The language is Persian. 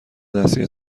دستی